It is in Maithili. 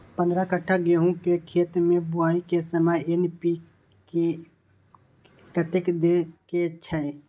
पंद्रह कट्ठा गेहूं के खेत मे बुआई के समय एन.पी.के कतेक दे के छे?